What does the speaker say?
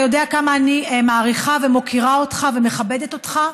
אתה יודע כמה אני מעריכה ומוקירה אותך ומכבדת אותך.